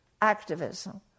activism